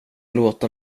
låta